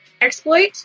exploit